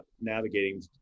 navigating